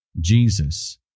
Jesus